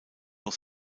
noch